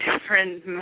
different